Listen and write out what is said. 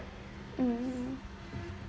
mm